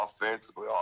offensively